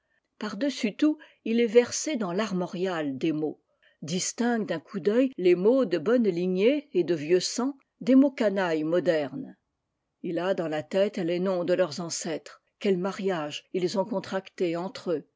par-dessus tout il est versé dans l'armorial des mots distingue d'un coup d'oeil les mots de bonne lignée et de vieux sang des mots canailles modernes il a dans la tête tes noms de leurs ancêtres quels mariages ils ont contracté entre eux